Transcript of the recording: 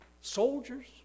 Soldiers